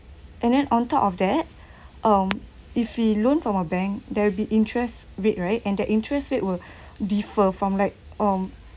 and then on top of that um if we loan from a bank there will be interest rate right and their interest rate will differ from like um